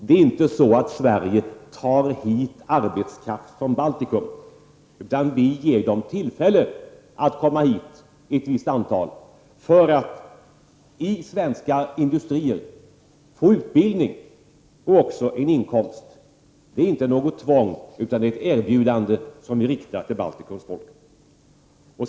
Det är inte så att Sverige tar hit arbetskraft från Baltikum, utan vi ger ett visst antal människor i Baltikum tillfälle att komma hit för att få utbildning och även inkomster i svenska industrier. Det är inte något tvång, utan det är ett erbjudande som är riktat till Baltikums folk.